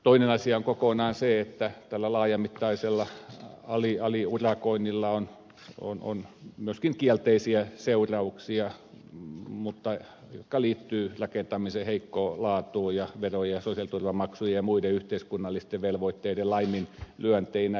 toinen asia on kokonaan se että tällä laajamittaisella aliurakoinnilla on myöskin kielteisiä seurauksia jotka liittyvät rakentamisen heikkoon laatuun ja verojen ja sosiaaliturvamaksujen ja muiden yhteiskunnallisten velvoitteiden laiminlyönteihin